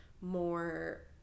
more